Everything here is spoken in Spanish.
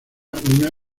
una